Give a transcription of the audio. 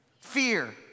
Fear